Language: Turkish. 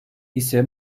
ise